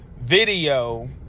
video